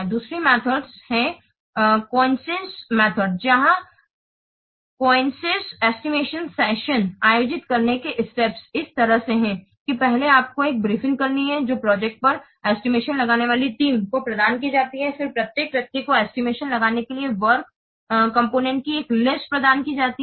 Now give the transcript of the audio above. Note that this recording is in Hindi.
दूसरी मेथड है कंसेंसस एस्टिमेशन यहां कंसेंसस एस्टिमेशन सेशन आयोजित करने के स्टेप्स इस तरह से हैं कि पहले आपको एक ब्रीफिंग करनी है जो प्रोजेक्ट पर एस्टिमेशन लगाने वाली टीम को प्रदान की जाती है फिर प्रत्येक व्यक्ति को एस्टिमेशन लगाने के लिए वर्क कॉम्पोनेन्ट की एक लिस्ट प्रदान की जाती है